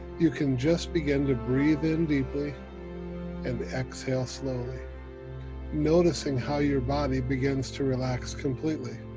you can just begin to breathe in deeply and exhale slowly noticing how your body begins to relax completely